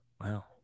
Wow